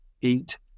eat